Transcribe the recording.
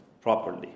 properly